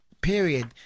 period